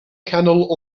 canol